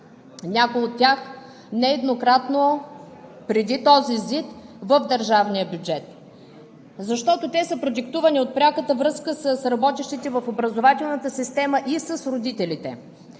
някои от тях нееднократно преди този ЗИД, в държавния бюджет, защото те са продиктувани от пряката връзка с работещите в образователната система и с родителите.